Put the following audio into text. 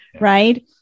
right